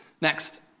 Next